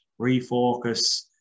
refocus